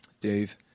Dave